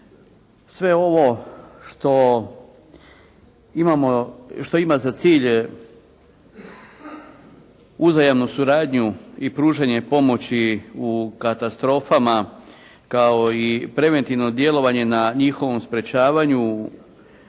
imamo, što ima za cilj uzajamnu suradnju i pružanje pomoći u katastrofama kao i preventivno djelovanje na njihovom sprječavanju